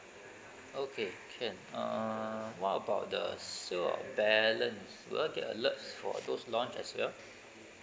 okay can uh what about the sale of balance do I get alerts for those launch as well